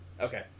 Okay